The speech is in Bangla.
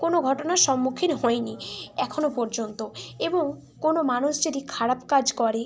কোনো ঘটনার সম্মুখীন হইনি এখনো পর্যন্ত এবং কোনো মানুষ যেটি খারাপ কাজ করে